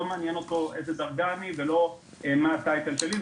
לא מעניין אותו באיזו דרגה אני או מה ה-title שלי.